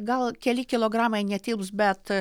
gal keli kilogramai netilps bet